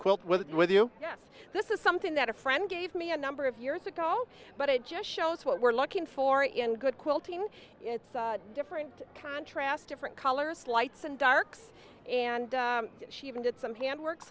quilt with you yes this is something that a friend gave me a number of years ago but it just shows what we're looking for in good quilting it's different contrasts different colors lights and darks and she even did some handwork